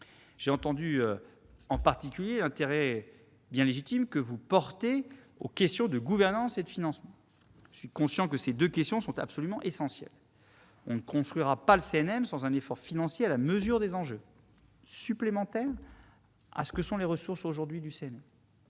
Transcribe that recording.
J'ai perçu, en particulier, l'intérêt bien légitime que vous portez aux questions de gouvernance et de financement. Je suis conscient que ces deux sujets sont absolument essentiels. On ne construira pas le CNM sans un effort financier à la mesure des enjeux, allant au-delà des ressources actuelles du CNV,